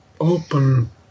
open